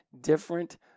different